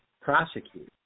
Prosecute